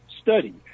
study